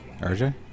RJ